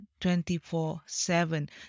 24-7